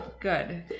good